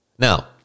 Now